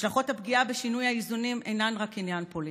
השלכות הפגיעה ושינוי האיזונים אינן רק עניין פוליטי.